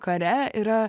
kare yra